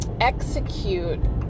execute